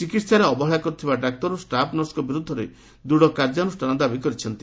ଚିକିହାରେ ଅବହେଳା କରିଥିବା ଡାକ୍ତର ଓ ଷ୍ଟାର୍ଫ ନର୍ସଙ୍ଙ ବିରୁଦ୍ଧରେ କାର୍ଯ୍ୟାନୁଷାନ ଦାବି କରିଛନ୍ତି